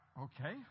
okay